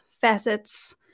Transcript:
facets